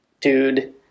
dude